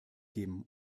geben